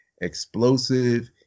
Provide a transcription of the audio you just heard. Explosive